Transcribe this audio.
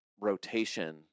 rotation